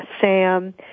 Sam